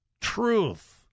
truth